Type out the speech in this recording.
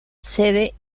sede